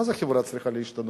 מה זה חברה צריכה להשתנות?